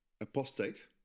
apostate